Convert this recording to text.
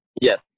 Yes